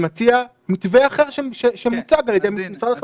מציע מתווה אחר שמוצג על ידי משרד החינוך.